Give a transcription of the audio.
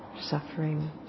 suffering